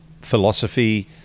philosophy